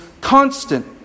constant